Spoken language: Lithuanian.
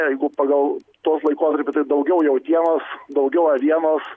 jeigu pagal tuos laikotarpiu tai daugiau jautienos daugiau avienos